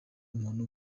umuntu